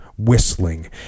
whistling